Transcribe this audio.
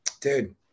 Dude